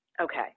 Okay